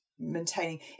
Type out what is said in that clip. maintaining